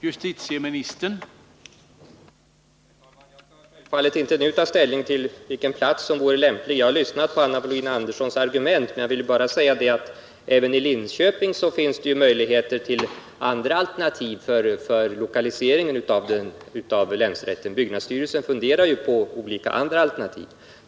Herr talman! Jag skall självfallet inte nu ta ställning till vilken plats som vore lämplig. Jag har lyssnat på Anna Wohlin-Anderssons argument, men jag vill bara säga att även i Linköping finns det möjligheter till andra alternativ för lokaliseringen av länsrätten. Byggnadsstyrelsen funderar på olika andra alternativ.